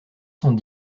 cent